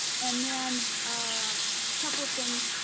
and then, ah couple of things.